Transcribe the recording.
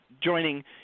joining